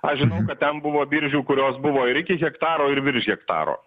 aš žinau bet ten buvo biržių kurios buvo ir iki hektaro ir virš hektaro